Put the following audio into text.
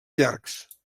llargs